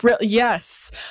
Yes